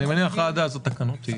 אני מניח שעד אז התקנות יהיו.